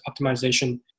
optimization